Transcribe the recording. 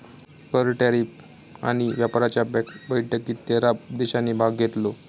कर, टॅरीफ आणि व्यापाराच्या बैठकीत तेरा देशांनी भाग घेतलो